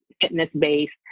fitness-based